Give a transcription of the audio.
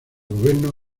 gobierno